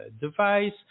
device